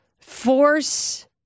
force